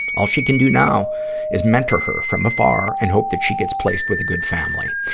all she can do now is mentor her from afar and hope that she gets placed with a good family.